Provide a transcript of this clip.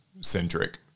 centric